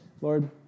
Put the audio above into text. Lord